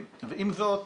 ועם זאת